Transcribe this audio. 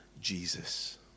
Jesus